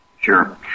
Sure